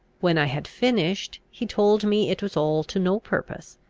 when i had finished, he told me it was all to no purpose,